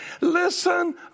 Listen